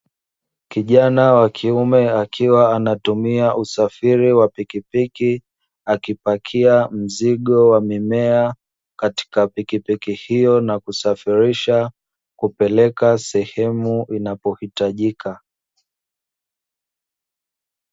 Kijana wa kiume akiwa anatumia usafiri wa pikipiki, akipakia mzigo wa mimea katika pikipiki hiyo na kusafirisha kupeleka sehemu inapohitajika.